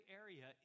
area